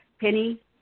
Penny